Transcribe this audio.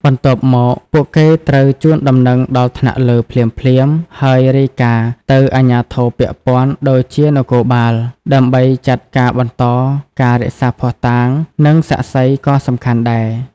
បន្ទាប់មក ពួកគេត្រូវ ជូនដំណឹងដល់ថ្នាក់លើ ភ្លាមៗ ហើយ រាយការណ៍ទៅអាជ្ញាធរពាក់ព័ន្ធ ដូចជានគរបាល ដើម្បីចាត់ការបន្តការរក្សាភស្តុតាង និងសាក្សីក៏សំខាន់ដែរ។